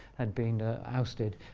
had been ousted,